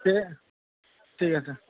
কি ঠিক আছে